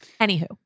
Anywho